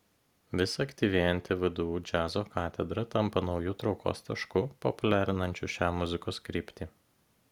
vis aktyvėjanti vdu džiazo katedra tampa nauju traukos tašku populiarinančiu šią muzikos kryptį